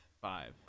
Five